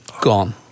gone